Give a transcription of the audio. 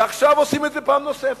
ועכשיו עושים את זה פעם נוספת.